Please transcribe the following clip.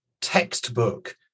textbook